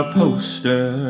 poster